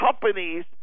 companies